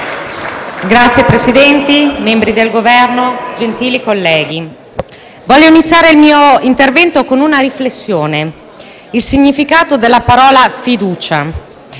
Signor Presidente, membri del Governo, gentili colleghi, voglio iniziare il mio intervento con una riflessione sul significato della parola fiducia: